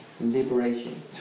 liberation